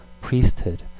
priesthood